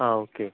हां ओके